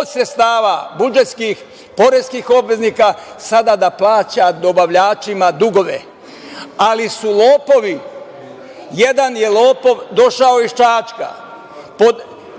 od sredstava budžetskih, poreskih obveznika sada da plaća dobavljačima dugove. Ali, lopovi su, jedan je lopov došao iz Čačka posle